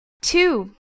Two